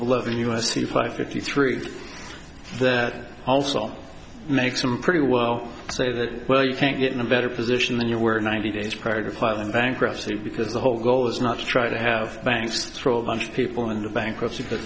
eleven u s c five fifty three that also make some pretty well say that well you can't get in a better position than you were ninety days prior to filing bankruptcy because the whole goal is not to try to have banks throw a bunch of people in the bankruptcy